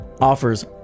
offers